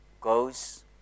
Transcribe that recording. goes